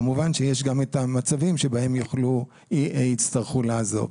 כמובן שיש גם את המצבים שבהם יצטרכו לעזוב.